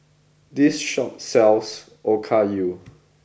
this shop sells Okayu